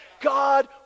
God